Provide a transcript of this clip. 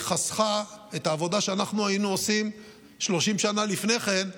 היא חסכה את העבודה שאנחנו היינו עושים 30 שנה לפני כן,